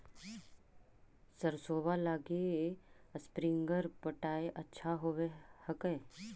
सरसोबा लगी स्प्रिंगर पटाय अच्छा होबै हकैय?